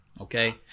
Okay